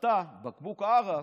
שתה בקבוק ערק,